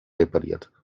repariert